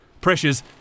Pressures